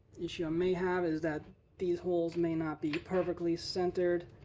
issue i may have is that these holes may not be perfectly centered.